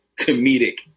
comedic